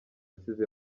asize